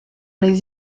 les